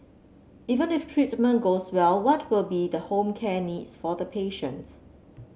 even if treatment goes well what will be the home care needs for the patient